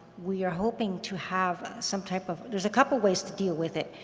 we are hoping to have some type of, there's a couple ways to deal with it